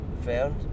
found